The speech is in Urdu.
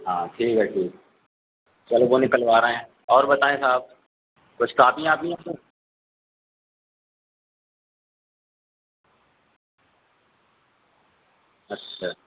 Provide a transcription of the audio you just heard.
ہاں ٹھیک ہے ٹھیک ہے چلو وہ نکلوا رہے ہیں اور بتائیں صاحب کچھ کاپیاں واپیاں سر اچھا